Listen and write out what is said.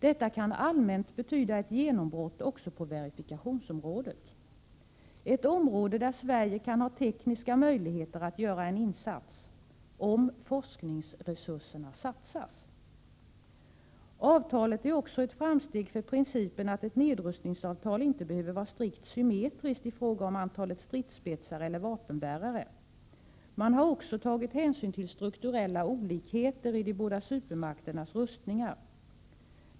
Detta kan allmänt betyda ett genombrott också på verifikationsområdet — ett område där Sverige kan ha tekniska möjligheter att göra en insats, om forskningsresurserna satsas. Avtalet är också ett framsteg för principen att ett nedrustningsavtal inte behöver vara strikt symmetriskt i fråga om antalet stridsspetsar eller vapenbärare. Man har också tagit hänsyn till strukturella olikheter i de båda supermakternas rustningar.